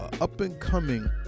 up-and-coming